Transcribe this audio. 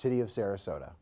city of sarasota